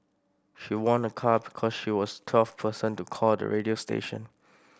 she won a car because she was twelfth person to call the radio station